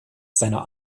seiner